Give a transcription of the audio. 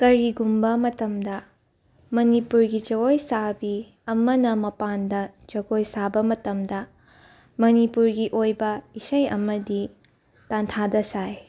ꯀꯔꯤꯒꯨꯝꯕ ꯃꯇꯝꯗ ꯃꯅꯤꯄꯨꯔꯒꯤ ꯖꯒꯣꯏ ꯁꯥꯕꯤ ꯑꯃꯅ ꯃꯄꯥꯟꯗ ꯖꯒꯣꯏ ꯁꯥꯕ ꯃꯇꯝꯗ ꯃꯅꯤꯄꯨꯔꯒꯤ ꯑꯣꯏꯕ ꯏꯁꯩ ꯑꯃꯗꯤ ꯇꯥꯟꯊꯥꯗ ꯁꯥꯏ